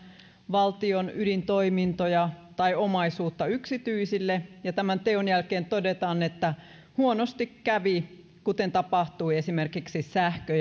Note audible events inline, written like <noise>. valtion ydintoimintoja tai omaisuutta yksityisille ja tämän teon jälkeen todetaan että huonosti kävi kuten tapahtui esimerkiksi sähkö <unintelligible>